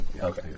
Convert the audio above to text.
okay